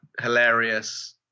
hilarious